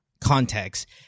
context